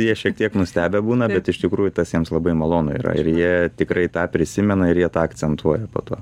jie šiek tiek nustebę būna bet iš tikrųjų tas jiems labai malonu yra ir jie tikrai tą prisimena ir jie tą akcentuoja po to